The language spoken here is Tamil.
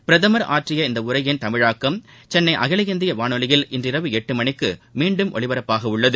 பிரதமர் ஆற்றிய இந்த உரையின் தமிழாக்கம் சென்னை அகில இந்திய வானொலியில் இன்றிரவு எட்டு மணிக்கு மீண்டும் ஒலிபரப்பாகவுள்ளது